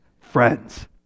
friends